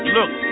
Look